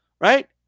Right